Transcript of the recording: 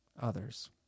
others